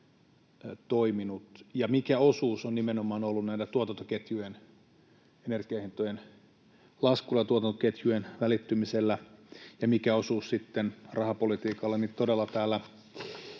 toiminut ja mikä osuus on nimenomaan ollut energianhintojen laskun tuotantoketjuihin välittymisellä ja mikä osuus sitten rahapolitiikalla, niin todella